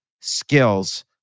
skills